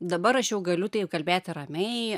dabar aš jau galiu tai kalbėti ramiai